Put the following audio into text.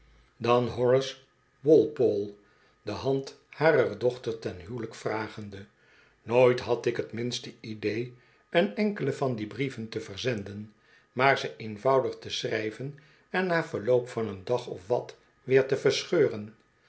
horace walpolc de hand harer dochter ten huwelijk vragende nooit had ik t minste idee een enkelen van die brieven te verzenden maar ze eenvoudig te schrijven en na verloop van een dag of wat weer te verscheuren